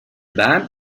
bed